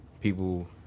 people